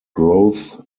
growth